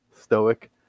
Stoic